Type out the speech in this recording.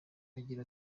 agira